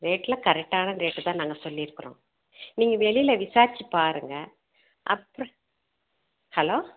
ரேட்டெலாம் கரெக்டான ரேட்டு தான் நாங்கள் சொல்லியிருக்குறோம் நீங்கள் வெளியில் விசாரித்துப் பாருங்கள் அப்புறம் ஹலோ